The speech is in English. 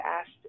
asked